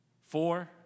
Four